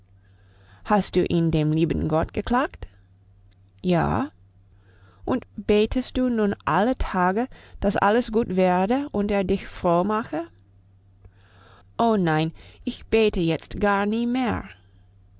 hast du ihn dem lieben gott geklagt ja und betest du nun alle tage dass alles gut werde und er dich froh mache o nein ich bete jetzt gar nie mehr